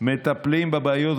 מטפלים בבעיות,